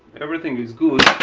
everything is good.